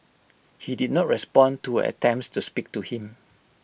he did not respond to her attempts to speak to him